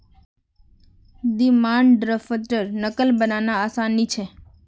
demand draft नक़ल बनाना आसान नि छे